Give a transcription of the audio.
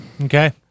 Okay